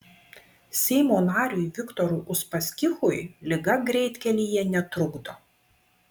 seimo nariui viktorui uspaskichui liga greitkelyje netrukdo